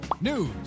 news